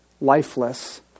lifeless